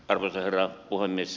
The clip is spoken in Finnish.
arvoisa herra puhemies